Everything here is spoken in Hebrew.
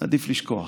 עדיף לשכוח.